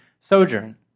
sojourn